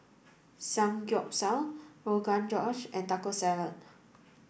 Samgyeopsal Rogan Josh and Taco Salad